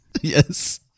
Yes